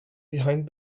behind